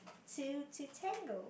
two to tango